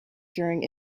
during